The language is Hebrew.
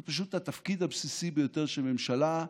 זה פשוט התפקיד הבסיסי ביותר של ממשלה,